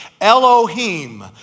Elohim